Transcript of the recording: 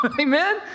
Amen